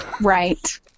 Right